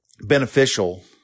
beneficial